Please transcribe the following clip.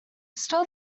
stole